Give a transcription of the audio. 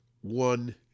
One